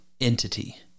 entity